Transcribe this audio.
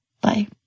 Bye